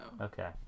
Okay